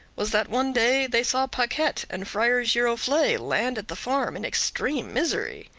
was that one day they saw paquette and friar giroflee land at the farm in extreme misery.